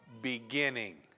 beginning